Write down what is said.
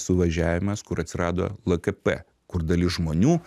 suvažiavimas kur atsirado lkp kur dalis žmonių